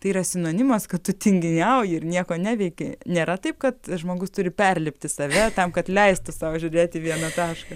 tai yra sinonimas kad tu tinginiauji ir nieko neveiki nėra taip kad žmogus turi perlipti save tam kad leistų sau žiūrėti į vieną tašką